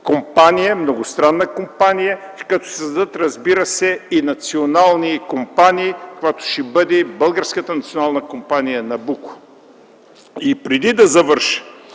от тази многостранна компания, като се създадат, разбира се, национални компании, каквато ще бъде Българската национална компания „Набуко”. Преди да завърша,